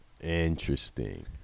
Interesting